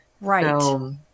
Right